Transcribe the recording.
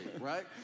right